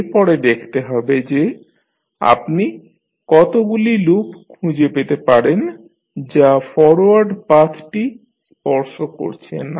এরপরে দেখতে হবে যে আপনি কতগুলি লুপ খুঁজে পেতে পারেন যা ফরওয়ার্ড পাথটি স্পর্শ করছে না